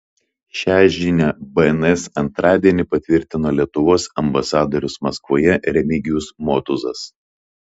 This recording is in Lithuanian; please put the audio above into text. šią žinią bns antradienį patvirtino lietuvos ambasadorius maskvoje remigijus motuzas